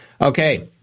Okay